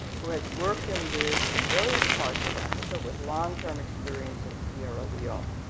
who has worked and lived in various parts of africa with long-term experience in sierra leone.